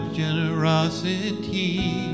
generosity